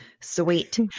sweet